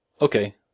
Okay